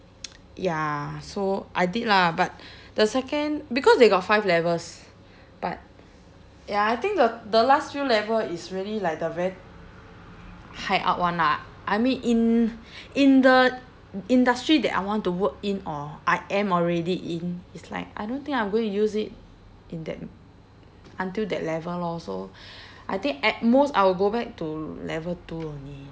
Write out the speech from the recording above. ya so I did lah but the second because they got five levels but ya I think the the last few level is really like the very high up [one] lah I mean in in the industry that I want to work in or I am already in it's like I don't think I'm going to use it in that until that level lor so I think at most I will go back to level two only